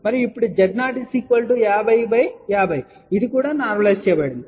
2 మరియు ఇప్పుడు z0 5050 ఇది కూడా నార్మలైస్ చేయబడింది